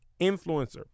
Influencer